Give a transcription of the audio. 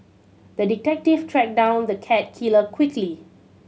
the detective tracked down the cat killer quickly